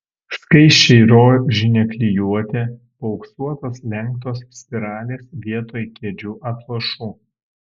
skaisčiai rožinė klijuotė paauksuotos lenktos spiralės vietoj kėdžių atlošų